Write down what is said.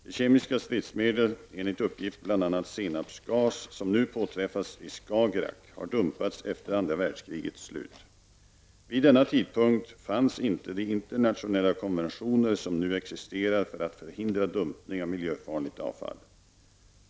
De kemiska stridsmedel, enligt uppgift bl.a. senapsgas, som nu påträffats i Skagerak har dumpats efter andra världskrigets slut. Vid denna tidpunkt fanns inte de internationella konventioner som nu existerar för att förhindra dumpning av miljöfarligt avfall.